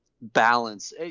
balance